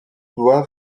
doivent